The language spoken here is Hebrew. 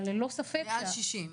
אבל ללא ספק --- מעל 60?